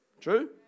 True